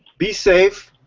be safe.